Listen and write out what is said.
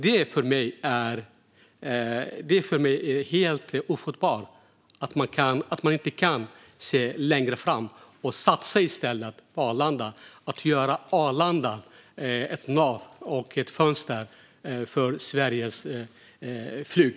Det är för mig helt ofattbart att man inte kan se längre och i stället satsa på att göra Arlanda till ett nav och ett fönster för Sveriges flyg.